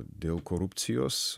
dėl korupcijos